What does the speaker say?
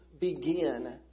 begin